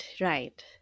Right